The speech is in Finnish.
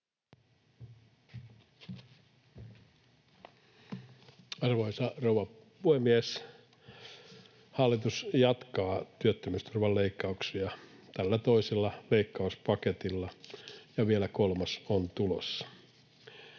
Arvoisa rouva puhemies! Hallitus jatkaa työttömyysturvan leikkauksia tällä toisella leikkauspaketilla, ja vielä kolmas on tulossa.